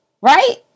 right